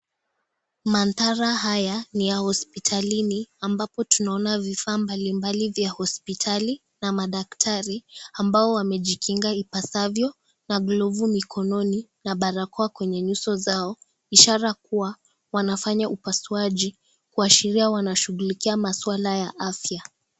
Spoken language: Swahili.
Mandhari haya ni hospitalini, ambapo tunaona vifaa mbalimbali vya hospitali na madaktari ambao wamejikinga ipasavyo na glovu mikononi na barakoa kwenye nyuso zao, ishara kuwa wanafanya upasuaji kuashiria wanashughulikia masuala ya afya.